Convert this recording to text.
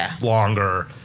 longer